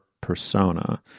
persona